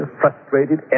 frustrated